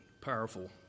powerful